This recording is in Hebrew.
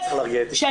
אני